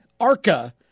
ARCA